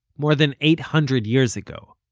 more than eight hundred years ago